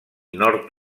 nord